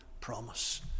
promise